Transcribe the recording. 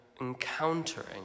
encountering